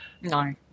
no